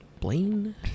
Blaine